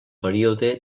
període